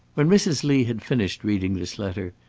when mrs. lee had finished reading this letter,